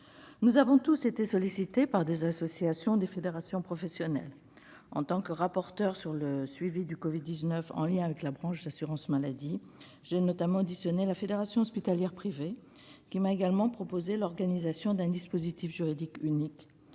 Nous avons tous été sollicités par des associations ou des fédérations professionnelles. En tant que rapporteure sur le suivi du Covid-19 en lien avec la branche assurance maladie, j'ai notamment auditionné des représentants de la Fédération de l'hospitalisation privée, qui m'ont également proposé l'organisation d'un dispositif juridique unique